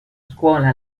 scuola